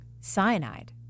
cyanide